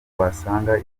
wasanga